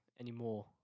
anymore